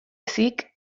ezik